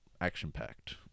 action-packed